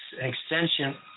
extension